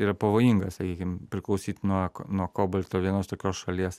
yra pavojinga sakykim priklausyt nuo nuo kobalto vienos tokios šalies